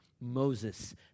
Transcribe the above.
Moses